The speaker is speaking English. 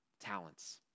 talents